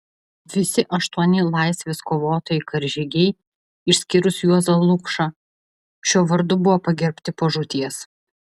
visi aštuoni laisvės kovotojai karžygiai išskyrus juozą lukšą šiuo vardu buvo pagerbti po žūties